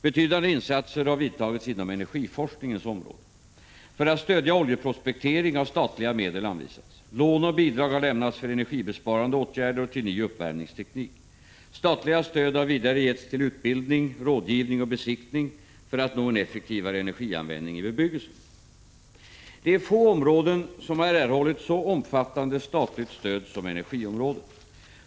Betydande insatser har vidtagits inom energiforskningens område. För att stödja oljeprospektering har statliga medel anvisats. Lån och bidrag har lämnats för energibesparande åtgärder och till ny uppvärmningsteknik. Statliga stöd har vidare givits till utbildning, rådgivning och besiktning för att nå en effektivare energianvändning i bebyggelsen. Det är få områden som erhållit så omfattande statligt stöd som energiområdet.